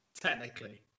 Technically